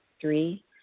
Three